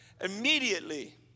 immediately